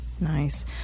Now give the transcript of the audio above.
Nice